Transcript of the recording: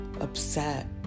upset